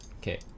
okay